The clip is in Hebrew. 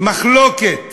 מחלוקת